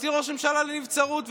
להוציא ראש ממשלה לנבצרות,